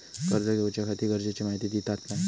कर्ज घेऊच्याखाती गरजेची माहिती दितात काय?